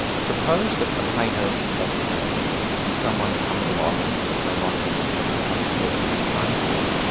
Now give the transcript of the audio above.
suppose that a painter does a painting and someone comes along and they like the look of it and pay a certain amount of money for it,